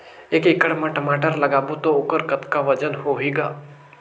एक एकड़ म टमाटर लगाबो तो ओकर कतका वजन होही ग?